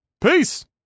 Peace